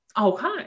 okay